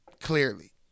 clearly